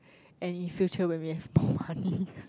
and in future when we have more money